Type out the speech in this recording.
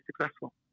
successful